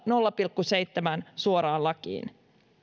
nolla pilkku seitsemän vähimmäismitoituksesta suoraan lakiin